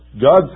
God